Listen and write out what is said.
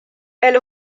elle